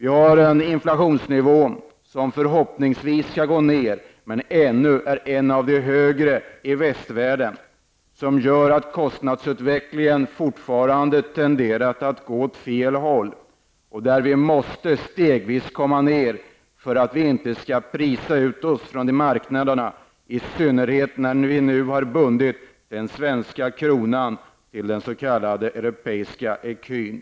Vår inflation skall förhoppningsvis bli lägre, men fortfarande är inflationen i Sverige bland de högre i västvärlden, vilket gör att kostnadsutvecklingen i Sverige fortfarande tenderar att gå åt fel håll. Men denna måste stegvis bli lägre för att vi inte skall så att säga prisa ut oss från marknaderna, i synnerhet när vi har bundit den svenska kronan till den europeiska ecun.